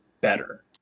better